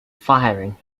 firing